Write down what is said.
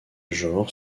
genre